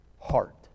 heart